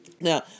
Now